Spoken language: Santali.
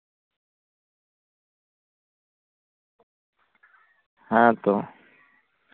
ᱦᱮᱸ ᱛᱚ